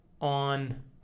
on